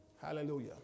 Hallelujah